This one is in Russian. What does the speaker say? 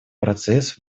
процесс